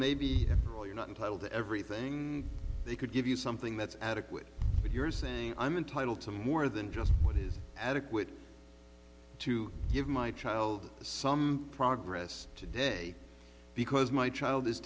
well you're not entitled to everything they could give you something that's adequate but you're saying i'm entitled to more than just what is adequate to give my child some progress today because my child is